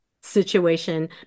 situation